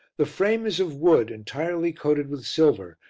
the frame is of wood entirely coated with silver,